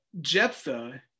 Jephthah